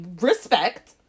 Respect